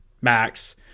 Max